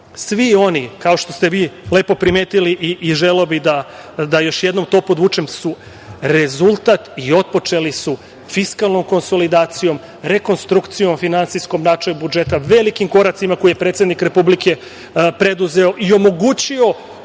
Svi oni, kao što ste vi lepo primetili i želeo bi da još jednom to podvučem, su rezultat i otpočeli su fiskalnom konsolidacijom, rekonstrukcijom finansijskom budžeta, velikim koracima, koje je predsednik Republike preduzeo i omogućio